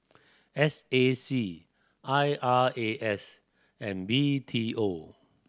S A C I R A S and B T O